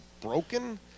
broken